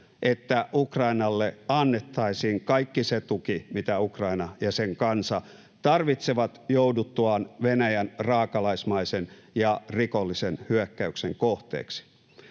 että Ukrainalle annettaisiin kaikki se tuki, mitä Ukraina ja sen kansa tarvitsevat jouduttuaan Venäjän raakalaismaisen ja rikollisen hyökkäyksen kohteeksi.